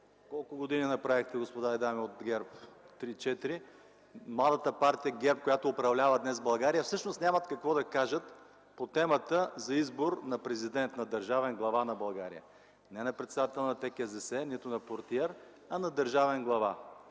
колко години направихте, господа и дами от ГЕРБ, 3-4, младата Партия ГЕРБ, която днес управлява България) всъщност нямат какво да кажат по темата за избор на президент, на държавен глава на България. Не на председател на ТКЗС, нито на портиер, а на държавен глава.